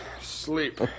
Sleep